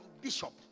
bishop